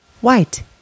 White